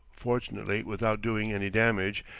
fortunately without doing any damage,